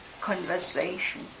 conversation